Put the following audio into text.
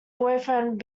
boyfriend